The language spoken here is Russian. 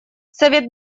совет